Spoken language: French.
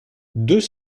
deux